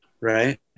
right